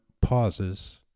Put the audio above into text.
pauses